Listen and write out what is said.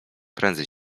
prędzej